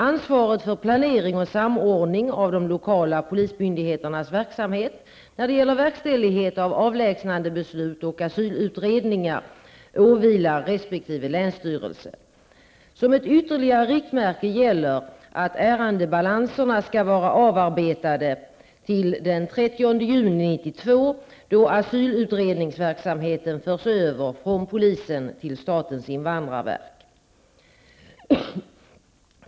Ansvaret för planering och samordning av de lokala polismyndigheternas verksamhet när det gäller verkställighet av avlägsnandebeslut och asylutredningar åvilar resp. länsstyrelse. Som ett ytterligare riktmärke gäller vidare att ärendebalanserna skall vara avarbetade till den 30 juni 1992, då asylutredningsverksamheten förs över från polisen till statens indvandrarverk.